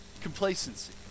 complacency